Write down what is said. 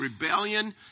rebellion